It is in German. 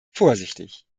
vorsichtig